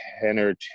tenor